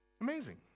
Amazing